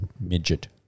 midget